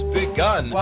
begun